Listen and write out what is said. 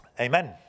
Amen